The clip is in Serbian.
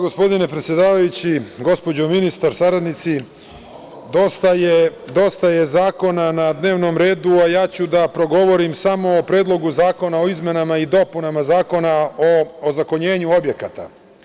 Gospođo ministar, saradnici, dosta je zakona na dnevnom redu, a ja ću da progovorim samo o Predlogu zakona o izmenama i dopunama Zakona o ozakonjenju objekata.